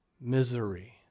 misery